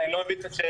אני לא מבין את השאלה.